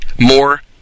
more